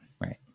Right